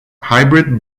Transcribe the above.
hybrid